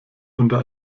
unter